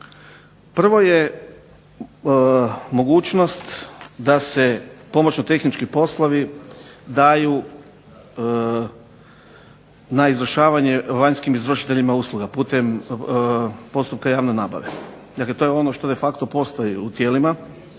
Prvo je mogućnost da se pomoćno-tehnički poslovi daju na izvršavanje vanjskim izvršiteljima usluga putem postupka javne nabave. Dakle, to je ono što de facto postoji u tijelima,